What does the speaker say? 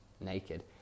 naked